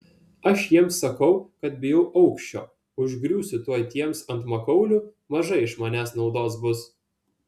aš jiems sakau kad bijau aukščio užgriūsiu tuoj tiems ant makaulių mažai iš manęs naudos bus